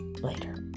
later